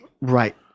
Right